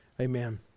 Amen